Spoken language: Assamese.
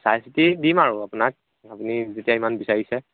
চাই চিতি দিম আৰু আপোনাক আপুনি যেতিয়া ইমান বিচাৰিছে